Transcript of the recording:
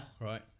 right